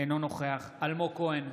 אינו נוכח אלמוג כהן,